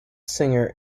singer